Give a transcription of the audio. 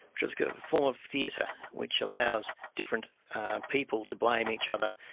just a form of theatre which allows different people to blame each other,